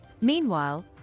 Meanwhile